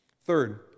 Third